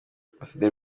ambasaderi